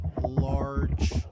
large